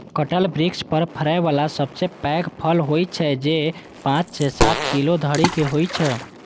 कटहल वृक्ष पर फड़ै बला सबसं पैघ फल होइ छै, जे पांच सं सात किलो धरि के होइ छै